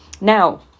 Now